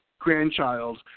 grandchild